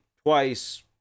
twice